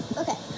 okay